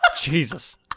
Jesus